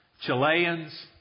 Chileans